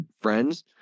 friends